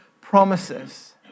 promises